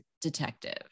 detective